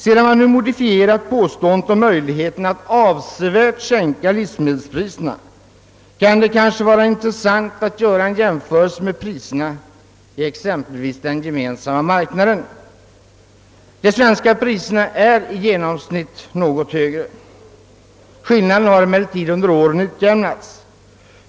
Sedan man nu modifierat påståendet om möjligheten att avsevärt sänka livsmedelspriserna kan det kanske vara intressant att göra en jämförelse med priserna i den gemensamma marknaden. De svenska priserna är i genomsnitt något högre. Skillnaden har emellertid under åren utjämnats.